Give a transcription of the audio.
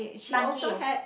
monkeys